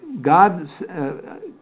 God